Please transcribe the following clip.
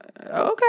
okay